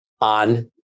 on